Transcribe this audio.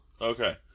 Okay